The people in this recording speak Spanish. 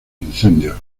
incendios